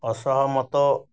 ଅସହମତ